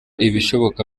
ibishoboka